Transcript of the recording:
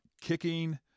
kicking